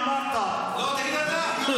אמרתי: תגיד שהחמאס טרוריסטים --- טרוריסט.